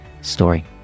story